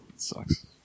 sucks